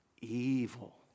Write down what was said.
evil